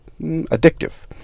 addictive